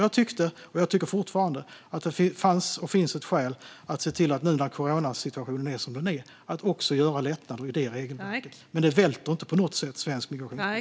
Jag tyckte och tycker fortfarande att det fanns och finns skäl att nu, när coronasituationen är som den är, göra lättnader också i det regelverket. Men detta välter inte på något sätt svensk migrationspolitik.